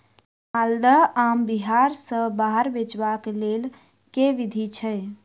माल्दह आम बिहार सऽ बाहर बेचबाक केँ लेल केँ विधि छैय?